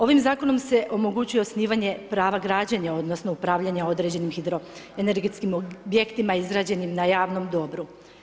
Ovim zakonom se omogućuje osnivanje prava građenja odnosno, upravljanja određenim hidroenergetikom objektima izrađenim na javnom dobru.